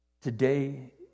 Today